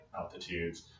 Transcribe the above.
altitudes